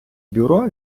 бюро